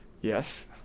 Yes